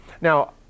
Now